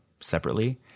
separately